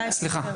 אלה, סליחה.